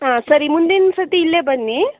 ಹಾಂ ಸರಿ ಮುಂದಿನ ಸರ್ತಿ ಇಲ್ಲೇ ಬನ್ನಿ